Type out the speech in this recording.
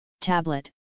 tablet